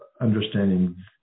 understanding